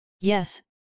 Yes